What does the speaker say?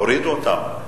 הורידו אותם.